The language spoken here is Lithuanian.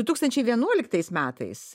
du tūkstančiai vienuoliktais metais